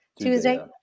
Tuesday